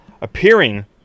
appearing